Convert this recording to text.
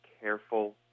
careful